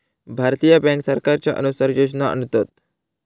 भारतीय बॅन्क सरकारच्या अनुसार योजना आणतत